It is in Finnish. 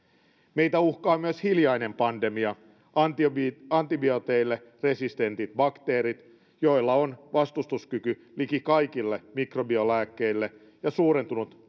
meitä uhkaa myös hiljainen pandemia antibiooteille antibiooteille resistentit bakteerit joilla on vastustuskyky liki kaikille mikrobilääkkeille ja suurentunut